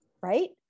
right